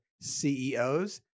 CEOs